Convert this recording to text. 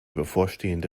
bevorstehende